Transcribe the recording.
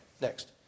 next